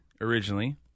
originally